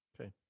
Okay